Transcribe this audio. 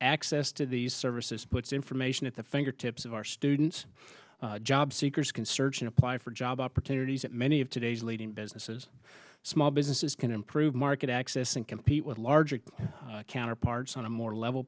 access to these services puts information at the fingertips of our students job seekers can search and apply for job opportunities that many of today's leading businesses small businesses can improve market access and compete with larger counterparts on a more level